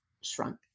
shrunk